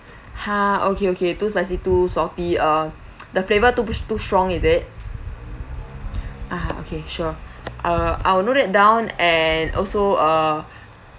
ha okay okay too spicy too salty uh the flavor too s~ too strong is it ah okay sure uh I'll note that down and also uh